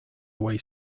away